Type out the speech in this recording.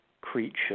creature